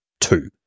two